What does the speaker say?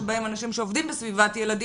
שבהם אנשים שעובדים בסביבת ילדים